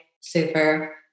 Super